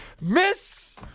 Miss